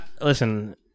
listen